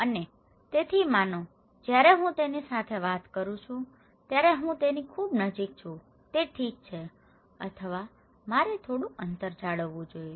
અને તેથી માનો જ્યારે હું તેની સાથે વાત કરું છું ત્યારે હું તેની સાથે ખૂબ નજીક છું તે ઠીક છે અથવા મારે થોડું અંતર જાળવવું જોઈએ